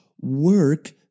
work